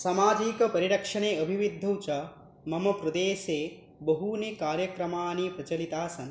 सामााजिकपरिरक्षणे अभिवृद्धौ च मम प्रदेशे बहूनि कार्यक्रमाणि प्रचलितानि सन्ति